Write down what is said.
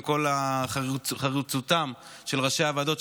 עם כל חריצותם של ראשי הוועדות.